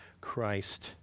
Christ